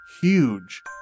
huge